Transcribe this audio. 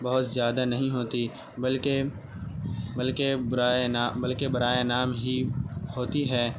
بہت زیادہ نہیں ہوتی بلکہ بلکہ برائے نا بلکہ برائے نام ہی ہوتی ہے